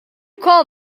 call